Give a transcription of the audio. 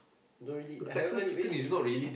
don't really haven't really eat